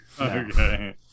Okay